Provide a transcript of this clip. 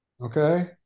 okay